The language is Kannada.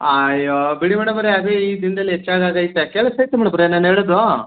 ಆಯ್ಯೋ ಬಿಡಿ ಮೇಡಮ್ ಅವರೇ ಅದು ಈ ದಿನದಲ್ಲಿ ಹೆಚ್ಚಾಗಿ ಅದೇ ಐತೆ ಕೇಳಿಸ್ತಾ ಐತಾ ಮೇಡಮ್ ಅವರೇ ನಾನು ಹೇಳದು